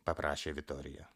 paprašė vitorija